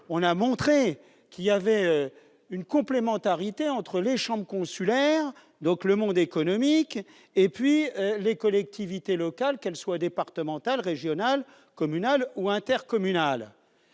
On a bien vu qu'il y avait une complémentarité entre les chambres consulaires, donc le monde économique, et les collectivités locales, qu'elles soient départementales, régionales, communales ou intercommunales.